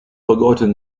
forgotten